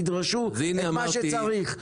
תדרשו את מה שצריך וזהו,